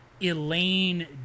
elaine